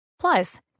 Plus